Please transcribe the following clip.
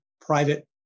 private